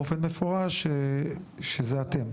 באופן מפורש שזה אתם,